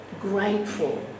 grateful